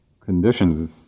conditions